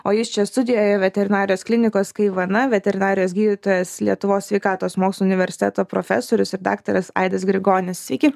o jis čia studijoje veterinarijos klinikos kaivana veterinarijos gydytojas lietuvos sveikatos mokslų universiteto profesorius ir daktaras aidas grigonis sveiki